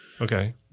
Okay